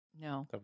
no